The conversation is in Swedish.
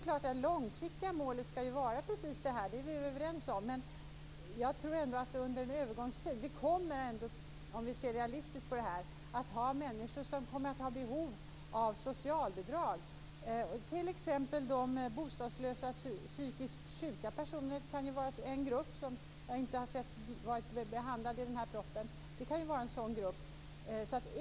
Det långsiktiga målet skall ju vara precis det som Ulrica Messing säger, det är vi överens om. Men om vi ser realistiskt på detta kommer det ändå att under en övergångsperiod finnas människor som har behov av socialbidrag, t.ex. bostadslösa, psykiskt sjuka människor - det är en grupp som inte behandlas i den här propositionen.